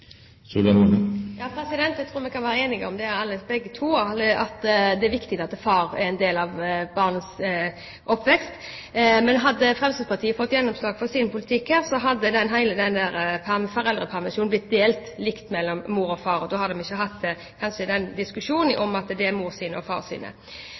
jeg tror vi kan være enige om begge to, er at det er viktig at far er en del av barnets oppvekst. Men hadde Fremskrittspartiet fått gjennomslag for sin politikk her, hadde hele foreldrepermisjonen blitt delt likt mellom mor og far. Da hadde vi ikke hatt den diskusjonen om at den